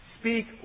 speak